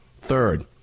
Third